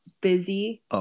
busy